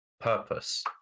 purpose